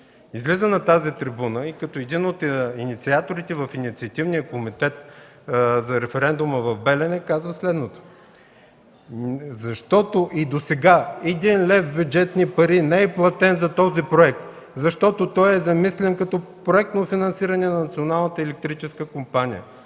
излиза на тази трибуна и като един от инициаторите в Инициативния комитет за референдума за „Белене”, казва следното: „Защото и досега 1 лев бюджетни пари не е платен за този проект, защото той е замислен като проектно финансиране на Националната електрическа компания”.